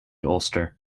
ulster